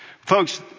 Folks